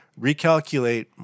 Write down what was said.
recalculate